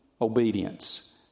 obedience